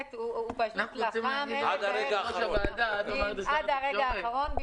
פשוט לחם בביל זה עד הרגע האחרון,